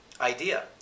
idea